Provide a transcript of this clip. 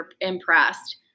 impressed